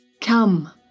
Come